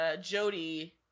Jody